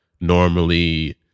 normally